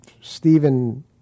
Stephen